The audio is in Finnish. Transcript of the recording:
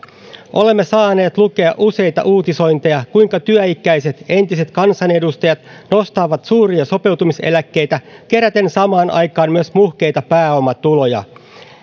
olemme saaneet lukea useita uutisointeja kuinka työikäiset entiset kansanedustajat nostavat suuria sopeutumiseläkkeitä keräten samaan aikaan myös muhkeita pääomatuloja